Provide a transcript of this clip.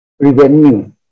revenue